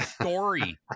story